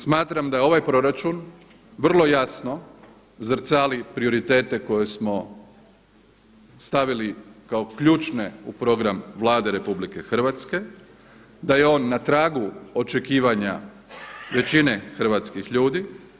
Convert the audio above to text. Smatram da ovaj proračun vrlo jasno zrcali prioritete koje smo stavili kao ključne u program Vlade RH, da je on na tragu očekivanja većine hrvatskih ljudi.